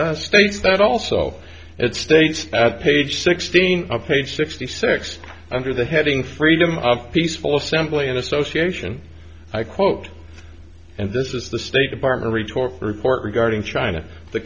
states that also it states at page sixteen a page fifty six under the heading freedom of peaceful assembly and association i quote and this is the state department retort report regarding china the